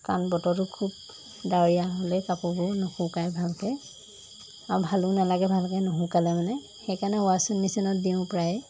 কাৰণ বতৰটো খুব ডাৱৰীয়া হ'লেই কাপোৰবোৰ নুশুকাই ভালকৈ আৰু ভালো নালাগে ভালকৈ নুশুকালে মানে সেইকাৰণে ৱাশ্বিং মেচিনত দিওঁ প্ৰায়ে